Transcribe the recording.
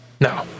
no